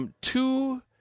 Two